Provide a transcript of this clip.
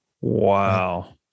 Wow